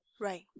Right